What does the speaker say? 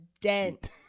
dent